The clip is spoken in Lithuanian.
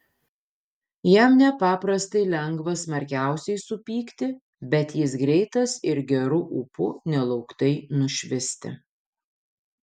jam nepaprastai lengva smarkiausiai supykti bet jis greitas ir geru ūpu nelauktai nušvisti